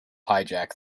hijack